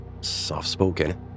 soft-spoken